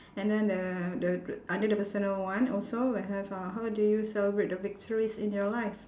and then uh the under the personal one also we have uh how do you celebrate the victories in your life